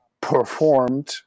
performed